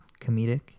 comedic